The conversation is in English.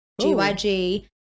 gyg